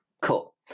Cool